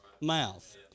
mouth